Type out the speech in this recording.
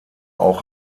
auch